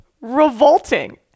revolting